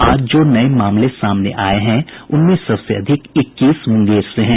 आज जो नये मामले सामने आये हैं उनमें से सबसे अधिक इक्कीस मुंगेर से हैं